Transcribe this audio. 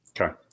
Okay